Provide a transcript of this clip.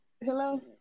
Hello